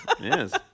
Yes